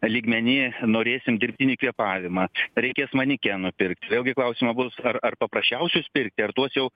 lygmeny norėsim dirbtinį kvėpavimą reikės manekenų pirkti vėlgi klausimų bus ar ar paprasčiausius pirkti ar tuos jau